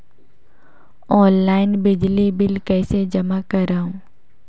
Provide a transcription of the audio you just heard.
Online बिजली bill कइसे जमा करव?